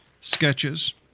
sketches